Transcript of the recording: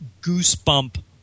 goosebump